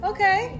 Okay